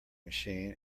machine